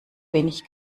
wenig